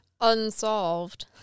unsolved